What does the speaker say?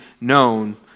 known